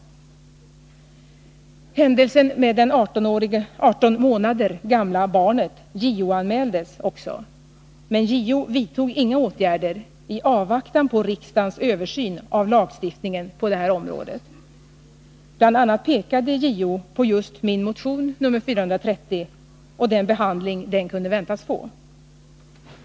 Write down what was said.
Händelsen med det 18 månader gamla barnet JO-anmäldes också, men JO vidtoginga åtgärder i avvaktan på riksdagens översyn av lagstiftningen på det här området. Bl. a. pekade JO på just min motion nr 430 och den behandling som den kunde väntas få.